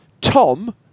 Tom